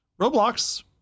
Roblox